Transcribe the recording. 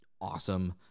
awesome